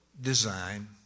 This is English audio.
design